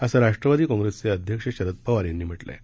असं राष्ट्रवादी काँग्रेसचे अध्यक्ष शरद पवार यांनी म्हटलं आहे